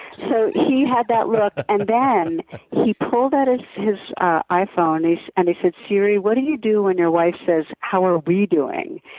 so he had that look and then he pulled out ah his iphone and he said, siri, what do you do when your wife says, how are we doing?